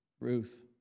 Ruth